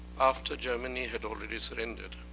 after germany had already surrendered.